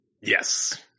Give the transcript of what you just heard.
yes